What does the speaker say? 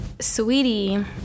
sweetie